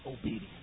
obedience